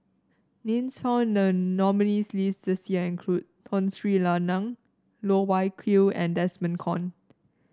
names found in the nominees' list this year include Tun Sri Lanang Loh Wai Kiew and Desmond Kon